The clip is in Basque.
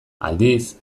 aldiz